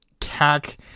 CAC